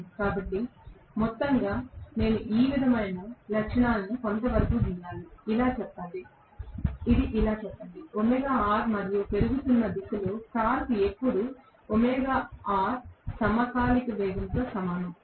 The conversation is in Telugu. కాబట్టి మొత్తంగా నేను ఈ విధమైన లక్షణాలను కొంతవరకు గీయగలగాలి ఇది ఇలా చెప్పండి మరియు పెరుగుతున్న దిశలో టార్క్ ఎప్పుడు సమకాలిక వేగంతో సమానం